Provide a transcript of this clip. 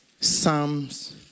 Psalms